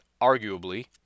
arguably